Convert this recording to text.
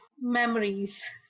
memories